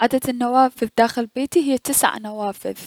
عدد النوافذ داخل بيتي هي تسع نوافذ.